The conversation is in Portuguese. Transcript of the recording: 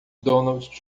donald